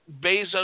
Bezos